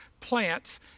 plants